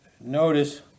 notice